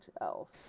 else